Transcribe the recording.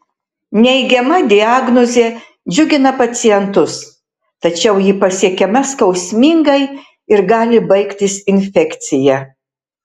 neigiama diagnozė džiugina pacientus tačiau ji pasiekiama skausmingai ir gali baigtis infekcija